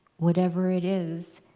whatever it is,